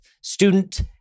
Student